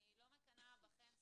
אני לא מקנאה בכם ספציפית,